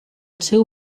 seu